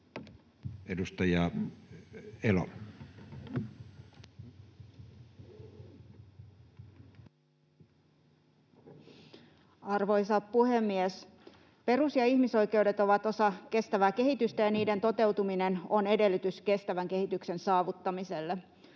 Content: Arvoisa puhemies! Perus‑ ja ihmisoikeudet ovat osa kestävää kehitystä, ja niiden toteutuminen on edellytys kestävän kehityksen saavuttamiselle.